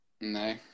No